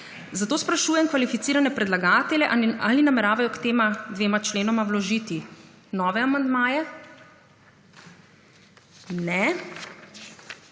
zakona. Sprašujem kvalificirane predlagatelje ali nameravajo k tem členom vložiti nove amandmaje? (Ne.)